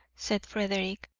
said frederick,